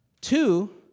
Two